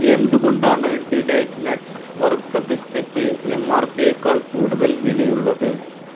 എന്തുകൊണ്ടാണ് delight nuts വറുത്ത പിസ്തയ്ക്ക് എം ആർ പിയെക്കാൾ കൂടുതൽ വിലയുള്ളത്